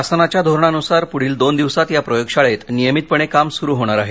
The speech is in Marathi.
शासनाच्या धोरणानुसार पुढील दोन दिवसात या प्रयोग शाळेत नियमितपणे काम सुरू होणार आहे